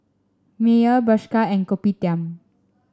Mayer Bershka and Kopitiam